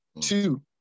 Two